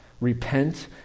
Repent